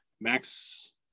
Max –